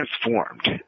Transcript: transformed